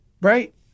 Right